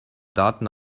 daten